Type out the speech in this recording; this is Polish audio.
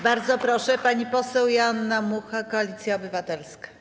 Bardzo proszę, pani poseł Joanna Mucha, Koalicja Obywatelska.